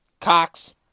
Cox